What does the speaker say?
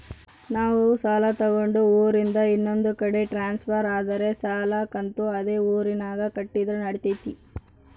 ನಾವು ಸಾಲ ತಗೊಂಡು ಊರಿಂದ ಇನ್ನೊಂದು ಕಡೆ ಟ್ರಾನ್ಸ್ಫರ್ ಆದರೆ ಸಾಲ ಕಂತು ಅದೇ ಊರಿನಾಗ ಕಟ್ಟಿದ್ರ ನಡಿತೈತಿ?